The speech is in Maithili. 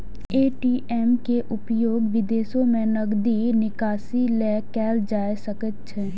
ए.टी.एम के उपयोग विदेशो मे नकदी निकासी लेल कैल जा सकैत छैक